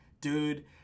dude